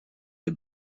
des